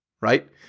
right